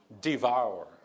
devour